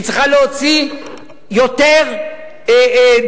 היא צריכה להוציא יותר דירות,